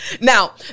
Now